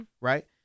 Right